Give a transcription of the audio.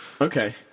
Okay